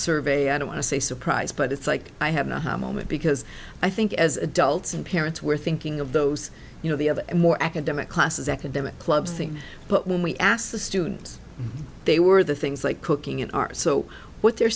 survey i don't want to say surprised but it's like i have no how moment because i think as adults and parents were thinking of those you know the of more academic classes them a club's thing but when we asked the students they were the things like cooking it are so what they're